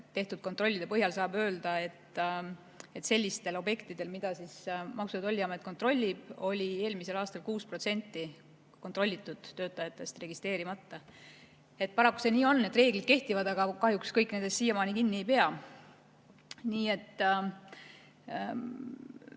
tehtud kontrollide põhjal saab öelda, et sellistel objektidel, mida Maksu‑ ja Tolliamet kontrollib, oli eelmisel aastal 6% kontrollitud töötajatest registreerimata. Paraku see nii on, et reeglid kehtivad, aga kahjuks kõik nendest siiamaani kinni ei pea. Seetõttu